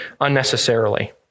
unnecessarily